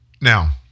Now